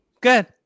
Good